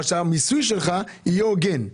אבל שהמיסוי שלך יהיה הוגן,